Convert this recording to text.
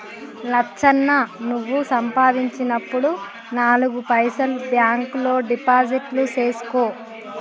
లచ్చన్న నువ్వు సంపాదించినప్పుడు నాలుగు పైసలు బాంక్ లో డిపాజిట్లు సేసుకో